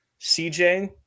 CJ